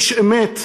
איש אמת,